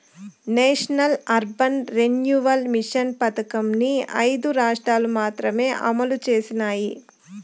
national urban renewal mission పథకంని ఐదు రాష్ట్రాలు మాత్రమే అమలు చేసినాయి